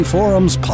Forums